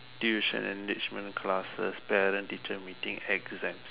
tuition enrichment classes parent teacher meeting exams